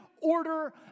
order